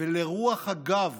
ולרוח הגב